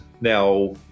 Now